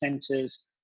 centers